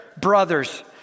brothers